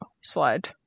slide